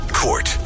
court